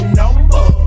number